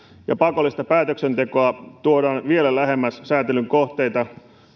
ja pakollista päätöksentekoa tuodaan vielä lähemmäs sääntelyn kohteita